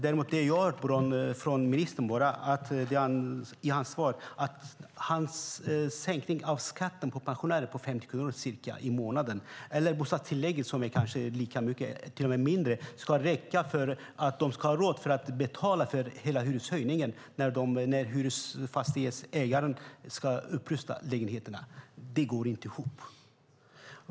Det jag har hört från ministern i hans svar är dock bara att en sänkning av skatten för pensionärer på ca 50 kronor i månaden - eller bostadstillägget, som kanske till och med är mindre - ska räcka för att de ska ha råd att betala hela hyreshöjningen när fastighetsägaren ska rusta upp lägenheterna. Det går inte ihop.